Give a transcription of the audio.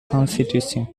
constitution